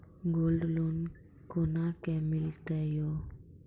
Gold loan कोना के मिलते यो?